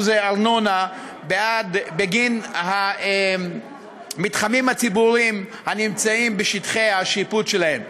ארנונה בגין המתחמים הציבוריים הנמצאים בשטחי השיפוט שלהם.